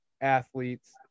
athletes